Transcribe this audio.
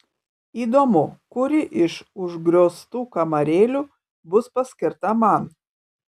įdomu kuri iš užgrioztų kamarėlių bus paskirta man